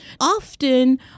Often